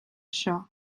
això